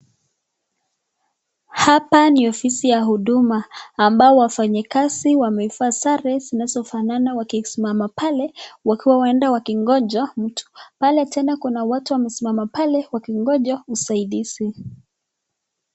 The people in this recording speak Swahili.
Hapa ni ofisi ya huduma ambao wafanyikazi wamevaa sare zinazofanana wakisimama pale huenda wakingoja mtu. Pale tena kuna watu wamesimama pale wakingoja usaidizi.